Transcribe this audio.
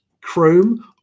Chrome